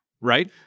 right